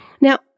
Now